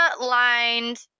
lined